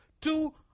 Two